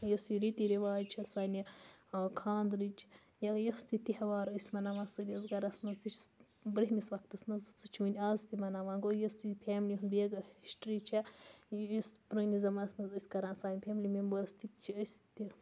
یُس یہِ ریٖتی رِواج چھِ سانہِ خاندرٕچ یا یۄس تہِ تہوار أسۍ مَناوان سٲنِس گَرَس منٛز تہِ چھِ بِرٛونہِمِس وقتَس منٛز سُہ چھِ وٕنہِ اَز تہِ مَناوان گوٚو یُس یہِ فیملی ہُںٛد ہِسٹِرٛی چھےٚ یُس پرٛٲنِس زمانَس منٛز أسۍ کَران سانہِ فیملی مٮ۪مبٲرٕس تِتہِ چھِ أسۍ تہِ